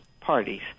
parties